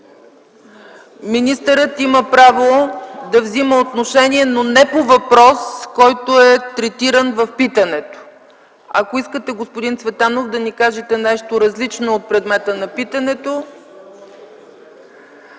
министърът има право да взима отношение, но не по въпрос, който е третиран в питането. Господин Цветанов, ако искате да ни кажете нещо по-различно от предмета на питането?